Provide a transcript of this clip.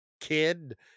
kid